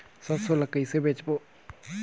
सरसो ला कइसे बेचबो?